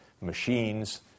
machines